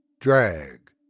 Drag